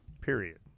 period